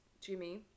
Jimmy